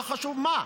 לא חשוב מה.